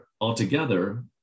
altogether